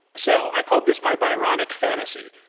so i called this my byronic fantasy,